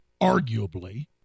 arguably